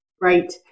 Right